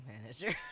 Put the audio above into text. manager